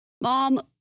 Mom